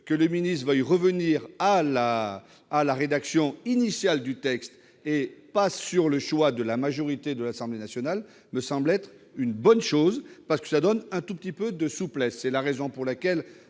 Que le ministre veuille revenir à la rédaction initiale du texte, à rebours du choix de la majorité de l'Assemblée nationale, me semble une bonne chose, car cela donne un peu de souplesse. C'est la raison pour laquelle,